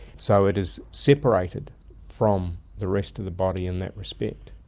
so it is separated from the rest of the body in that respect.